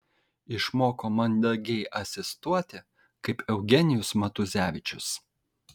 išmoko mandagiai asistuoti kaip eugenijus matuzevičius